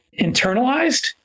internalized